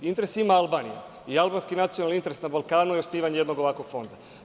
Interes ima Albanija i albanski nacionalni interes na Balkanu je osnivanje jednog ovakvog fonda.